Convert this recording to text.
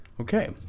Okay